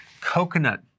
Coconut